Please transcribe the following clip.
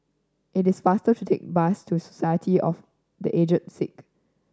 it is faster to take the bus to Society of The Aged Sick